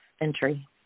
entry